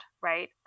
right